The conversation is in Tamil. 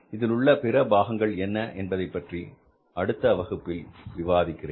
இதில் உள்ள பிற பாகங்கள் என்ன என்பதைப்பற்றி அடுத்த வகுப்பில் விவாதிக்கிறேன்